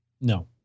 no